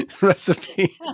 recipe